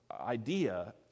idea